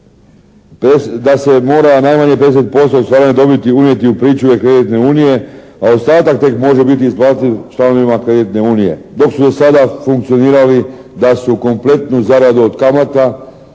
da se mora najmanje 50% ostvarene dobiti unijeti u pričuve kreditne unije, a ostatak tek može biti isplativ članovima kreditne unije, dok su sada funkcionirali da su kompletnu zaradu od kamata